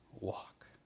walk